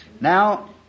Now